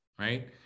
Right